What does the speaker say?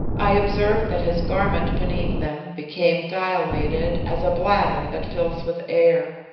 i observed that his garment beneath them became dilated as a bladder that fills with air.